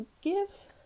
Give